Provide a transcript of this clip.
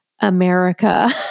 America